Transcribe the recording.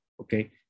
Okay